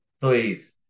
please